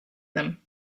them